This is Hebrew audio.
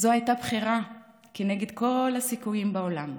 זו הייתה בחירה כנגד כל הסיכויים בעולם.